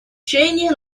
чаяния